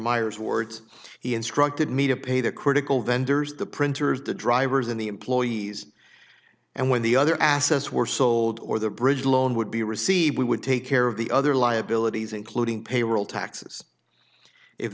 myers words he instructed me to pay the critical vendors the printers the drivers in the employees and when the other assets were sold or the bridge loan would be received we would take care of the other liabilities including payroll taxes if